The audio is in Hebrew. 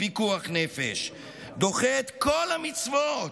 פיקוח נפש, דוחה את כל המצוות,